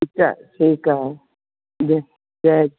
अच्छा ठीकु आहे जय जय